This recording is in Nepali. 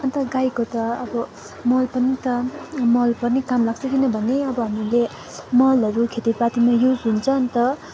अन्त गाईको त अब मल पनि त मल पनि काम लाग्छ किनभने अब हामीले मलहरू खेतीपातीमा युज हुन्छ नि त